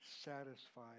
satisfied